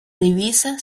divisa